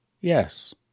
Yes